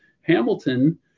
Hamilton